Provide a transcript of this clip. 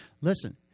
Listen